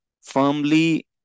firmly